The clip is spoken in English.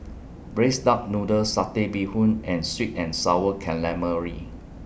Braised Duck Noodle Satay Bee Hoon and Sweet and Sour Calamari